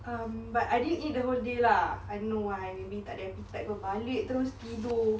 um but I didn't eat the whole day lah I don't know why maybe tak ada appetite balik terus tidur